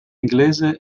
inglese